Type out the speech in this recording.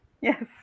yes